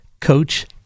Coach